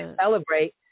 Celebrate